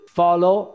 follow